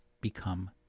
become